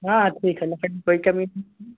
हाँ हाँ ठीक है लकड़ी कोई कमी